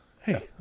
Hey